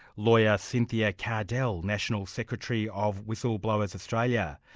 lawyer cynthia kardell, national secretary of whistleblowers australia.